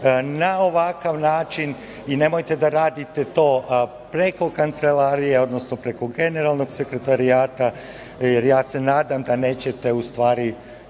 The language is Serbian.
na ovakav način i nemojte da radite to preko Kancelarije, odnosno preko Generalnog sekretarijata. Nadam se da nećete i sa